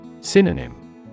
Synonym